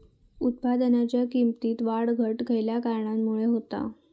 उत्पादनाच्या किमतीत वाढ घट खयल्या कारणामुळे होता?